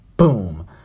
Boom